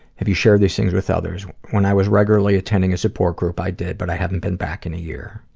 have you shared these things with others? when i was regularly attending a support group, i did, but i haven't been back in a year.